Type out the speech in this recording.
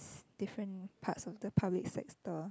different parts of the public sector